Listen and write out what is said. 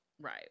Right